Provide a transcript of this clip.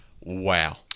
wow